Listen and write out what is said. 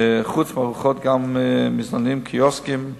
חוץ מארוחות גם מזנונים, קיוסקים,